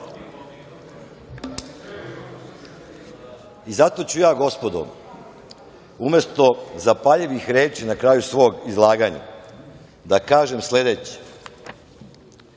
i zato ću ja, gospodo, umesto zapaljivih reči na kraju svog izlaganja, da kažem sledeće. Pre